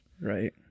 right